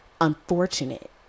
Unfortunate